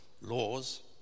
laws